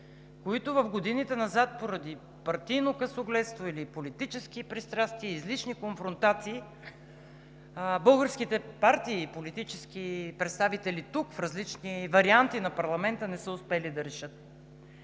които в годините назад, поради партийно късогледство или политически пристрастия, излишни конфронтации, българските партии и политически представители тук, в различни варианти на парламента, не са успели да решат.